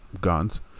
guns